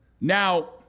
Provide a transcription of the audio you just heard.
Now